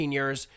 years